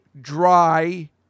dry